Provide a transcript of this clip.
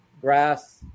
grass